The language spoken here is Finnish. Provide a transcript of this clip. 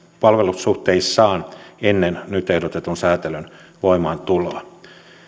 palvelussuhteissaan ennen nyt ehdotetun sääntelyn voimaantuloa